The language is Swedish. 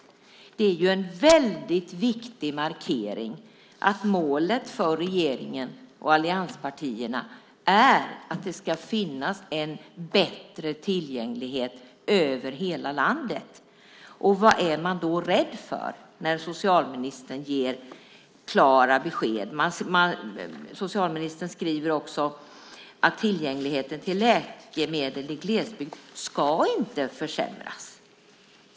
Det är en viktig markering att målet för regeringen och allianspartierna är att det ska finnas en bättre tillgänglighet över hela landet. Vad är man då rädd för när socialministern ger klara besked? Socialministern sade också i sitt svar att tillgängligheten till läkemedel i glesbygd inte ska försämras.